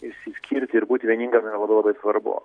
išsiskirti ir būt vieninga yra labai labai svarbu